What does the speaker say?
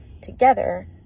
together